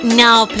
now